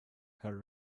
her